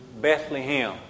Bethlehem